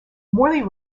morley